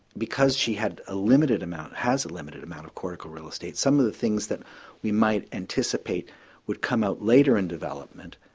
because she had a limited amount, has a limited amount of cortical real estate, some of the things that we might anticipate would come out later in development,